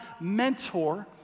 mentor